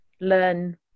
learn